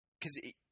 cause